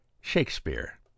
shakespeare